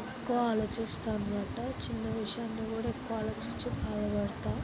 ఎక్కువ ఆలోచిస్తాను అన్నమాట చిన్న విషయాన్ని కూడా ఎక్కువ ఆలోచించి బాధపడతాను